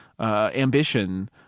ambition